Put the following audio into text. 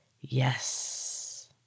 Yes